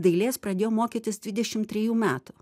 dailės pradėjo mokytis dvidešim trejų metų